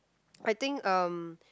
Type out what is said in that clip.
I think um